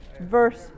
verse